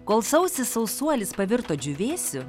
kol sausis sausuolis pavirto džiūvėsiu